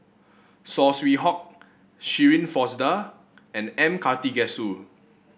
Saw Swee Hock Shirin Fozdar and M Karthigesu